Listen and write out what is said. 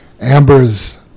Amber's